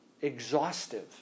exhaustive